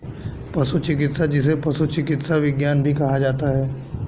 पशु चिकित्सा, जिसे पशु चिकित्सा विज्ञान भी कहा जाता है